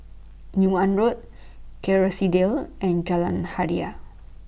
Yung An Road Kerrisdale and Jalan Hajijah